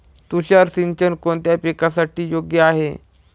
तुषार सिंचन कोणत्या पिकासाठी योग्य आहे?